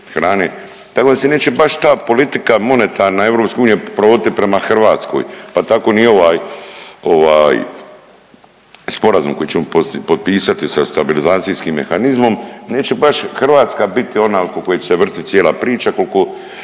hrane, tako da se neće baš ta politika monetarna EU provoditi prema Hrvatskoj, pa tako ni ovaj Sporazum koji ćemo potpisati sa stabilizacijskim mehanizmom, neće baš Hrvatska biti ona oko koje će se vrtiti cijela priča koliko